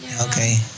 okay